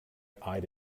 eyed